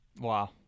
Wow